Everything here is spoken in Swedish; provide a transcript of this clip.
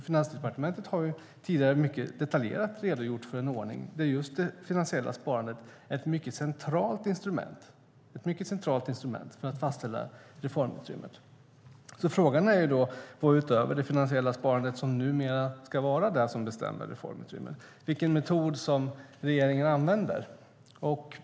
Finansdepartementet har tidigare mycket detaljerat redogjort för en ordning där det finansiella sparandet är ett mycket centralt instrument för att fastställa reformutrymmet. Frågan är vad, utöver det finansiella sparandet, som numera ska bestämma reformutrymmet. Vilken metod använder regeringen?